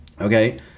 okay